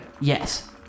Yes